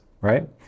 right